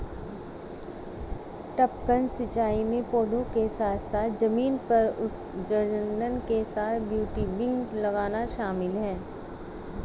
टपकन सिंचाई में पौधों के साथ साथ जमीन पर उत्सर्जक के साथ टयूबिंग लगाना शामिल है